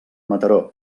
mataró